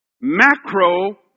macro